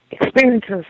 Experiences